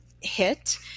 hit